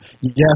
Yes